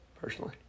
personally